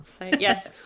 Yes